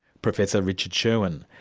professor richard sherwin.